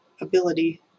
ability